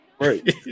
Right